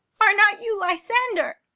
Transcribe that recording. are not you lysander?